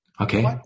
Okay